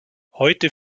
heute